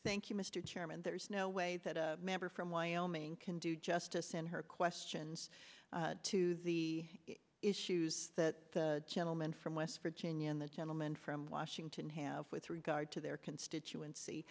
you mr chairman there is no way that a member from wyoming can do justice in her questions to the issues that the gentleman from west virginia and the gentleman from washington have with regard to their constituency